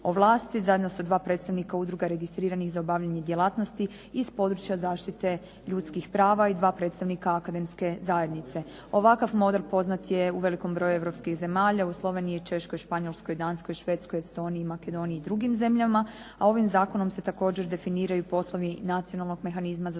ovlasti, zajedno sa dva predstavnika udruga registriranih za obavljanje djelatnosti iz područja zaštite ljudskih prava i dva predstavnika akademske zajednice. Ovakav model poznat je u velikom broju zemalja, u Sloveniji, Češkoj, Španjolskoj, Danskoj, Švedskoj, Estoniji i Makedoniji i drugim zemljama, a ovim zakonom se također definiraju poslovi nacionalnog mehanizma za sprečavanje